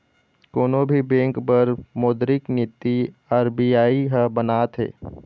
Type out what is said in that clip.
कोनो भी बेंक बर मोद्रिक नीति आर.बी.आई ह बनाथे